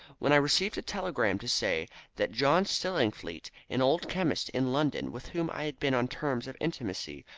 when i received a telegram to say that john stillingfleet, an old chemist in london with whom i had been on terms of intimacy,